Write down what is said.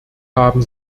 haben